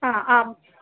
हा आम्